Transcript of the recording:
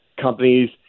companies